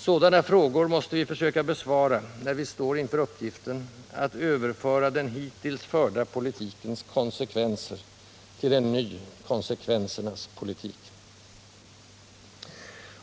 Sådana frågor måste vi försöka besvara, när vi står inför uppgiften att överföra den hittills förda politikens konsekvenser till en ny konsekvensernas politik.